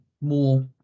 more